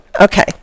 Okay